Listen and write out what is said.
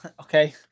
Okay